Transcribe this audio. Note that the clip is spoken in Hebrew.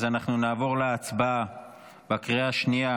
אז אנחנו נעבור להצבעה בקריאה השנייה